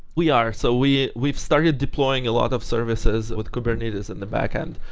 we are. so we we've started deploying a lot of services with kubernetes in the back-end.